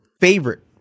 favorite